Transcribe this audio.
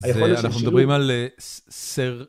אנחנו מדברים על סר.